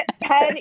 pen